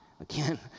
again